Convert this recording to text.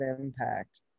impact